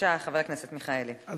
חבר הכנסת מיכאלי, בבקשה.